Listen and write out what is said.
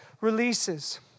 releases